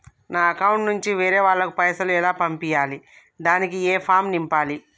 నా అకౌంట్ నుంచి వేరే వాళ్ళకు పైసలు ఎలా పంపియ్యాలి దానికి ఏ ఫామ్ నింపాలి?